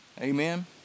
Amen